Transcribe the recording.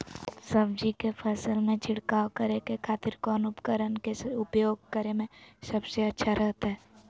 सब्जी के फसल में छिड़काव करे के खातिर कौन उपकरण के उपयोग करें में सबसे अच्छा रहतय?